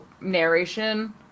narration